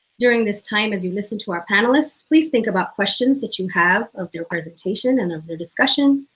during this time as you listen to our panelists, please think about questions that you have of their presentation and of the discussion,